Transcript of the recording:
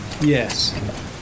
Yes